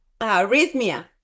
arrhythmia